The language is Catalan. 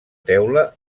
teula